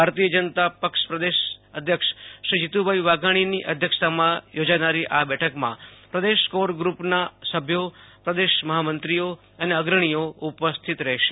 ભાજપ પ્રદેશ અધ્યક્ષ શ્રી જીતુભાઈ વાઘાણીની અધ્યક્ષતામાં યોજાનારી આ બેઠકમાં પ્રદેશ કોર ગ્રુપના સભ્યો પ્રદેશ મહામંત્રીઓ અને અગ્રણીઓ ઉપસ્થિત રહેશે